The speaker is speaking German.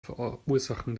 verursachen